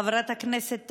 חברת הכנסת טלי,